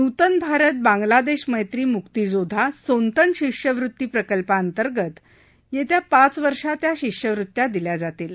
न्तन भारत बांगलादेश मैत्री मुक्तीजोधा सोन्तन शिष्यवृती प्रकल्पाअंतर्गत येत्या पाच वर्षात या शिष्यवृत्या दिल्या जातील